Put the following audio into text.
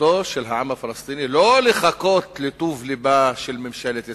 זכותו של העם הפלסטיני לא לחכות לטוב לבה של ממשלת ישראל,